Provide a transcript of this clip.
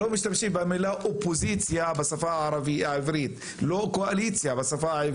לא משתמשים במילה אופוזיציה בשפה העברית ולא במילה קואליציה.